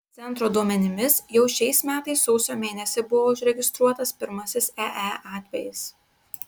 centro duomenimis jau šiais metais sausio mėnesį buvo užregistruotas pirmasis ee atvejis